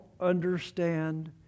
understand